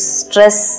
stress